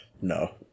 No